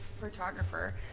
photographer